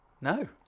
No